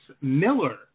Miller